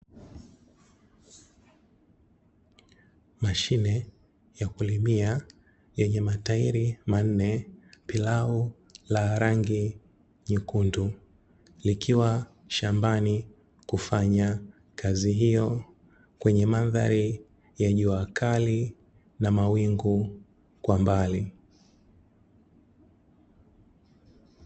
Mashine ya kulimia yenye matairi manne plau la rangi nyekundu, likiwa shambani kufanya kazi hiyo kwenye mandhari ya jua kali na mawingu kwa mbali.